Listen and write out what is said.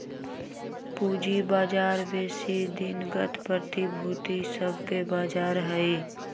पूजी बजार बेशी दिनगत प्रतिभूति सभके बजार हइ